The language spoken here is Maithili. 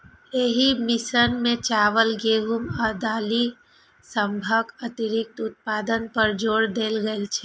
एहि मिशन मे चावल, गेहूं आ दालि सभक अतिरिक्त उत्पादन पर जोर देल गेल रहै